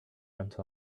went